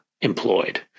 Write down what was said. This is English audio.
employed